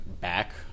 back